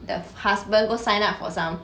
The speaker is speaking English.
the husband go sign up for some